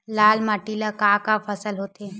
लाल माटी म का का फसल होथे?